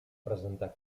presentar